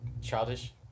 Childish